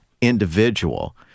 individual